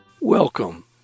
Welcome